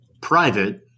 private